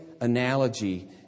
analogy